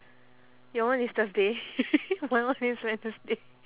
your one is thursday my one is wednesday